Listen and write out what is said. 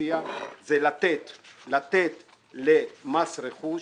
מציע לתת למס רכוש